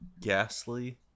Ghastly